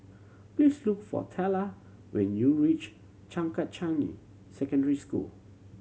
please look for Teela when you reach Changkat Changi Secondary School